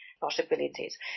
possibilities